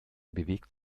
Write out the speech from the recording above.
bewegt